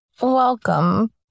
welcome